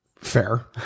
fair